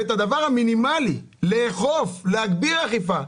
אבל מה עם הדבר המינימלי של הגברת אכיפה?